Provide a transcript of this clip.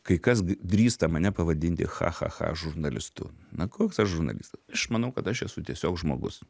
kai kas drįsta mane pavadinti cha cha cha žurnalistu na koks aš žurnalistas aš manau kad aš esu tiesiog žmogus